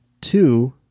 Two